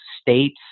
states